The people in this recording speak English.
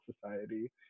society